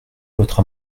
votre